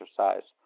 exercise